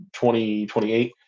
2028